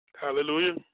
Hallelujah